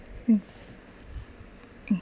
uh uh